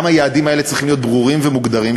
גם היעדים האלה צריכים להיות ברורים ומוגדרים,